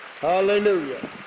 Hallelujah